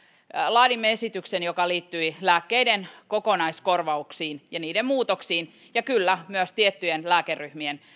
laadimme esityksen joka liittyi lääkkeiden kokonaiskorvauksiin ja niiden muutoksiin ja kyllä myös tiettyjen lääkeryhmien